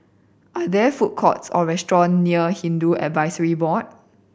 are there food courts or restaurant near Hindu Advisory Board